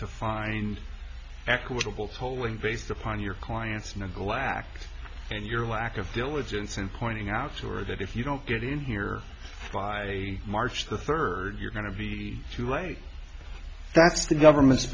to find equitable tolling based upon your clients and glaxo and your lack of diligence and pointing out to her that if you don't get in here by march the third you're going to be too late that's the government's